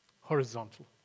horizontal